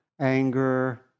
anger